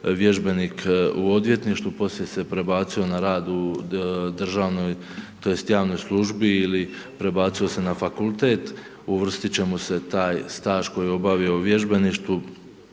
vježbenik u odvjetništvu, poslije se prebacio na rad u državnoj tj. javnoj službi ili prebacuje se na fakultet, uvrstit će mu se taj staž koji je obavio u vježbeništvu